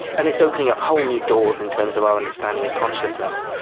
and it's opening up whole new doors in terms of our understanding of consciousness.